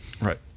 right